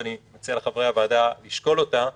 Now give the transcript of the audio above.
ואני מציע לחברי הוועדה לשקול אותה,